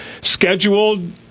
scheduled